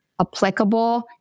applicable